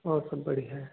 और सब बढ़िया है